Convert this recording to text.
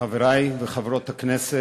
חברי וחברות הכנסת,